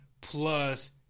plus